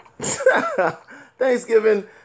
Thanksgiving